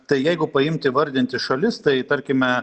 tai jeigu paimt įvardinti šalis tai tarkime